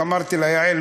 אמרתי לה: יעל,